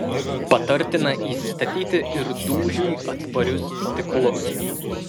patartina įsistatyti ir dūžiui atsparius stiklus